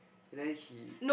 then he